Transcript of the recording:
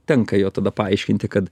tenka jo tada paaiškinti kad